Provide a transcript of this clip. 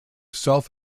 self